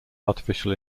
artificial